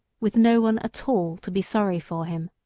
with no one at all to be sorry for him.